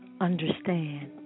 understand